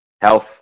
Health